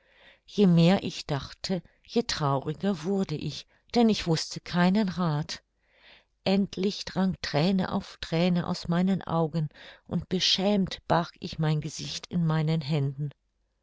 je mehr ich dachte je trauriger wurde ich denn ich wußte keinen rath endlich drang thräne auf thräne aus meinen augen und beschämt barg ich mein gesicht in meinen händen